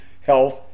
health